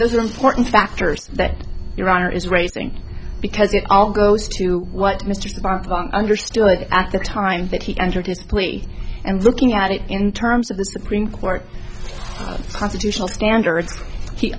those are important factors that your honor is raising because it all goes to what mr understood at the time that he entered this point and looking at it in terms of the supreme court constitutional standards he